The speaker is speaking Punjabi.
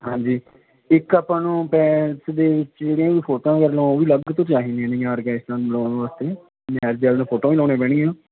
ਹਾਂਜੀ ਇੱਕ ਆਪਾਂ ਨੂੰ ਬੈਂਸ ਦੇ ਚਿਹਰਿਆਂ ਦੀ ਫੋਟੋਆਂ ਵੱਲੋਂ ਉਹ ਵੀ ਅਲੱਗ ਤੋਂ ਚਾਹੀਦੀਆਂ ਨੇਗੀਆਂ ਆਰਕੈਸਟਰਾ ਨੂੰ ਬੁਲਾਉਣ ਵਾਸਤੇ ਮੈਰਿਜ ਵਾਲਿਆਂ ਨੂੰ ਫੋਟੋਆਂ ਵੀ ਲਾਉਣੀਆਂ ਪੈਣਗੀਆਂ ਨਾ